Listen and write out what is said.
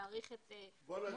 להאריך את המועד,